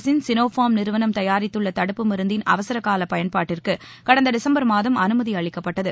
அரசின் சினோபார்ம் நிறுவனம் தயாரித்துள்ள தடுப்பு மருந்தின் அவசர கால பயன்பாட்டிற்கு கடந்த டிசம்பர் மாதம் அனுமதி அளிக்கப்பட்டது